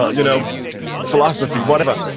ah you know philosophy, whatever,